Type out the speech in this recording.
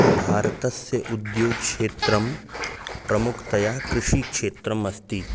भारतस्य उद्योगक्षेत्रं प्रमुखतया कृषिक्षेत्रम् अस्ति